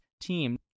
team